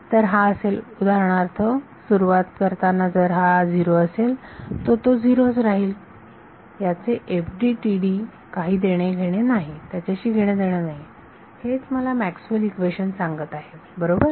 तर हा असेल उदाहरणार्थ सुरुवात करताना जर हा 0 असेल तर तो 0 च राहील याचे FDTD काही देणे घेणे नाही हेच मला मॅक्सवेल इक्वेशनMaxwell's equation सांगत आहे बरोबर